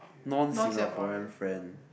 non Singaporean friend